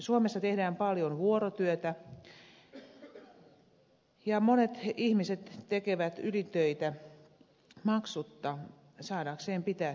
suomessa tehdään paljon vuorotyötä ja monet ihmiset tekevät ylitöitä maksutta saadakseen pitää työpaikkansa